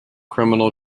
criminal